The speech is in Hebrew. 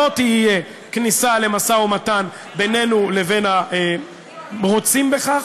לא תהיה כניסה למשא-ומתן בינינו לבין הרוצים בכך.